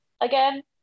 again